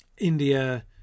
India